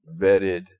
vetted